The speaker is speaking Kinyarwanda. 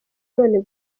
none